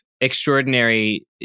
extraordinary